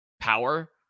power